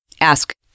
ask